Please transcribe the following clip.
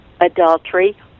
adultery